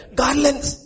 garlands